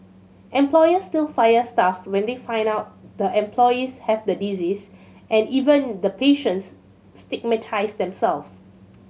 employers still fire staff when they find out the employees have the disease and even the patients stigmatise them self